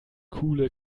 coole